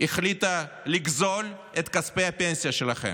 החליטה לגזול את כספי הפנסיה שלכם.